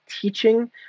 teaching